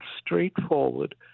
straightforward